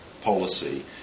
policy